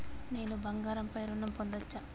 నేను బంగారం పై ఋణం పొందచ్చా?